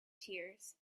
tears